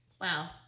wow